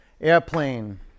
Airplane